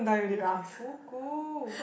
Dafuku